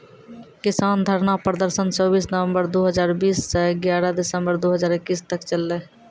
किसान धरना प्रदर्शन चौबीस नवंबर दु हजार बीस स ग्यारह दिसंबर दू हजार इक्कीस तक चललै